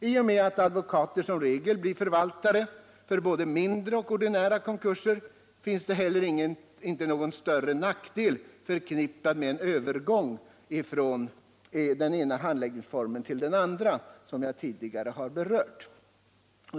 I och med att advokater som regel blir förvaltare för både mindre och ordinära konkurser finns det inte heller någon större nackdel förknippad med en övergång från den ena handläggningsformen till den andra, som jag tidigare har berört.